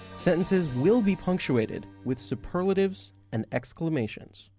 sentences will be punctuated with superlatives and exclamations.